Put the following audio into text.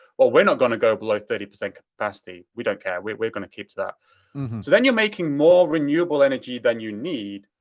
but we're not going to go below thirty percent capacity. we don't care. we're we're gonna keep to that. so then you're making more renewable energy than you need.